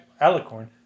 alicorn